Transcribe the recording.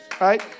right